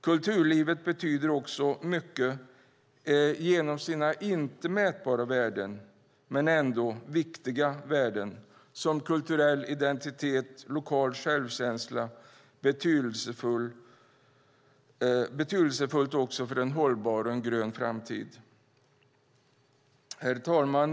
Kulturlivet betyder också mycket genom sina inte mätbara värden, men ändå viktiga värden som kulturell identitet och lokal självkänsla, betydelsefulla också för en hållbar, grön framtid. Herr talman!